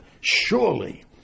Surely